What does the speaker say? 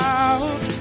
out